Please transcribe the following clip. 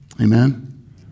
Amen